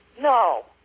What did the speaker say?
No